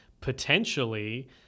potentially